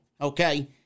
okay